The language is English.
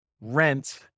Rent